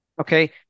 okay